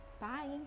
bye